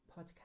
podcast